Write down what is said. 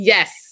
Yes